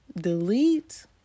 delete